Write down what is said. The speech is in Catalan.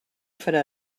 farà